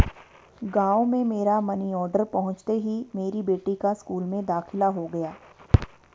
गांव में मेरा मनी ऑर्डर पहुंचते ही मेरी बेटी का स्कूल में दाखिला हो गया